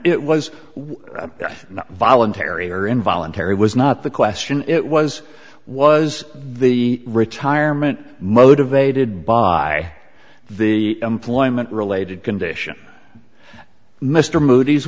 it was not voluntary or involuntary was not the question it was was the retirement motivated by the employment related condition mr moody's